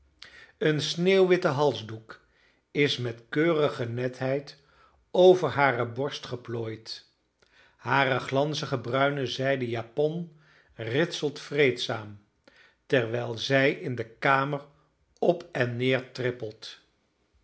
een sneeuwwitte halsdoek is met keurige netheid over hare borst geplooid hare glanzige bruine zijden japon ritselt vreedzaam terwijl zij in de kamer op en neer trippelt